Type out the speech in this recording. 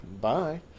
bye